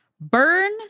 burn